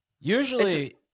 Usually